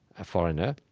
a foreigner,